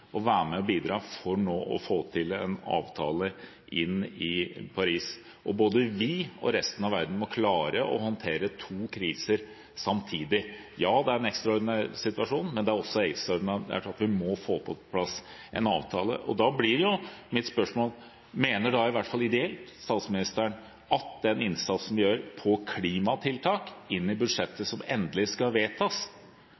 være med og bidra for nå å få til en avtale inn mot Paris. Både vi og resten av verden må klare å håndtere to kriser samtidig. Ja, det er en ekstraordinær situasjon, men det er også ekstraordinært at vi må få på plass en avtale. Da blir mitt spørsmål: Mener statsministeren, i hvert fall ideelt, at den innsatsen vi gjør på klimatiltak inn i det endelige budsjettet som skal vedtas,